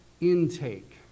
intake